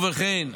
ובכן,